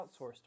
Outsourced